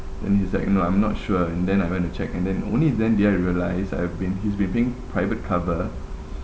and he's like you know I'm not sure and then I went to check and then only then did I realise I've been he's been paying private cover